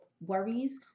worries